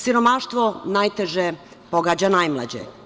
Siromaštvo najteže pogađa najmlađe.